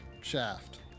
shaft